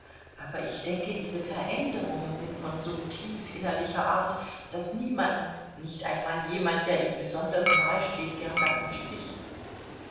aber ich denke diese veränderungen sind von so tiefinnerlicher art daß niemand nicht einmal jemand der ihm besonders nahesteht gern davon spricht